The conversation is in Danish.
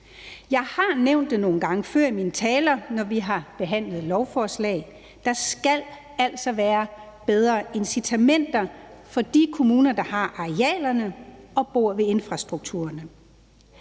Jeg har nævnt det nogle gange før i min taler, når vi har behandlet lovforslag: Der skal altså være bedre incitamenter for de kommuner, der har arealerne og bor ved infrastrukturen.